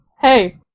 Hey